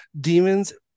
demons